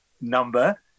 number